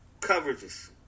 coverages